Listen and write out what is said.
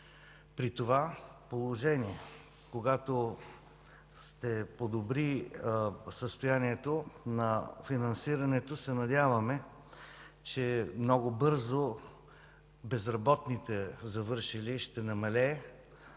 При това положение, когато ще се подобри състоянието на финансирането, се надяваме, че много бързо безработните завършили ще намалеят,